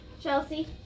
Chelsea